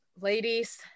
ladies